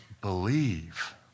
believe